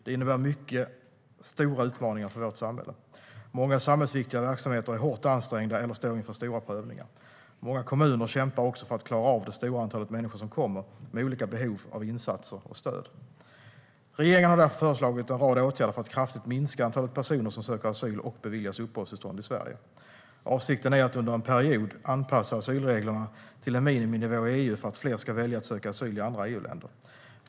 Det innebär mycket stora utmaningar för vårt samhälle. Många samhällsviktiga verksamheter är hårt ansträngda eller står inför stora prövningar. Många kommuner kämpar också för att klara av det stora antalet människor som kommer och som har olika behov av insatser och stöd. Regeringen har därför föreslagit en rad åtgärder för att kraftigt minska antalet personer som söker asyl och beviljas uppehållstillstånd i Sverige. Avsikten är att under en period anpassa asylreglerna till en miniminivå i EU för att fler ska välja att söka asyl i andra EU-länder.